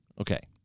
Okay